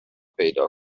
پیدا